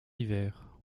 hiver